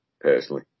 personally